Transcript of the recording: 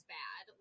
bad